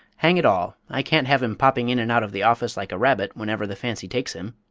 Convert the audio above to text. hang it all! i can't have him popping in and out of the office like a rabbit whenever the fancy takes him!